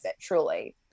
truly